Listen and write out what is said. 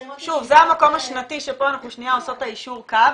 המקום השנתי שפה אנחנו עושות יישור קו.